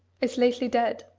is lately dead.